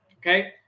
Okay